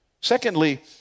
Secondly